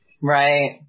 Right